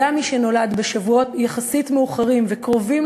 גם מי שנולד בשבועות יחסית מאוחרים וקרובים